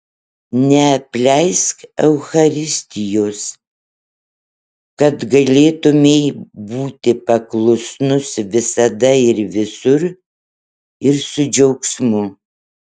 neapleisk eucharistijos kad galėtumei būti paklusnus visada ir visur ir su džiaugsmu